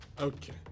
Okay